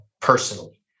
Personally